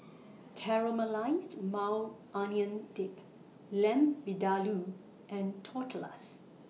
Caramelized Maui Onion Dip Lamb Vindaloo and Tortillas